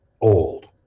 old